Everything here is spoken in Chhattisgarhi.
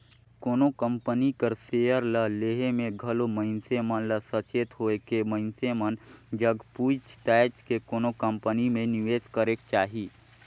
कोनो कंपनी कर सेयर ल लेहे में घलो मइनसे मन ल सचेत होएके मइनसे मन जग पूइछ ताएछ के कोनो कंपनी में निवेस करेक चाही